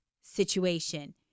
situation